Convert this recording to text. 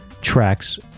tracks